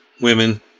women